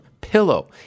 Pillow